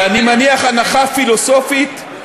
ואני מניח הנחה פילוסופית-מתמטית,